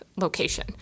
Location